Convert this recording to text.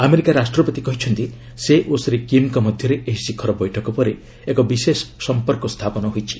America ରାଷ୍ଟ୍ରପତି କହିଛନ୍ତି ସେ ଓ ଶ୍ରୀ କିମ୍ଙ୍କ ମଧ୍ୟରେ ଏହି ଶିଖର ବୈଠକ ପରେ ଏକ ବିଶେଷ ସଂପର୍କ ସ୍ଥାପନ ହୋଇଛି